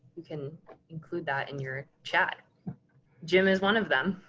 you can include that in your chat jim is one of them.